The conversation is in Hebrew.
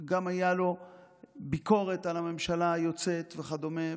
גם הייתה לו ביקורת על הממשלה היוצאת וכדומה,